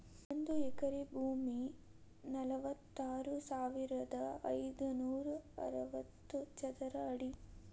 ಒಂದ ಎಕರೆ ಭೂಮಿ ನಲವತ್ಮೂರು ಸಾವಿರದ ಐದನೂರ ಅರವತ್ತ ಚದರ ಅಡಿ